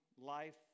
life